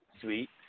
sweet